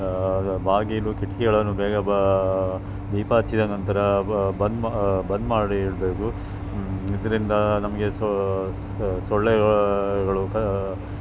ಬಾಗಿಲು ಕಿಟಕಿಗಳನ್ನು ಬೇಗ ಬಾ ದೀಪ ಅಚ್ಚಿದ ನಂತರ ಬಂದ್ ಬಂದ್ ಮಾಡಿ ಇಡಬೇಕು ಇದರಿಂದ ನಮಗೆ ಸೊಳ್ಳೆಗಳು ತ